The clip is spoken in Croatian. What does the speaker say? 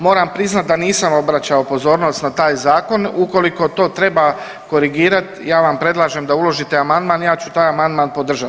Moram priznati da nisam obraćao pozornost na taj zakon, ukoliko to treba korigirati ja vam predlažem da uložite amandman, ja ću taj amandman podržat.